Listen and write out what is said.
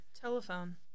Telephone